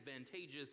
advantageous